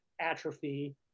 atrophy